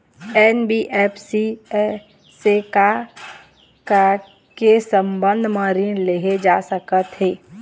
NBFC से का का के संबंध म ऋण लेहे जा सकत हे?